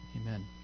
amen